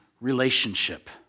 relationship